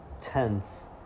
tense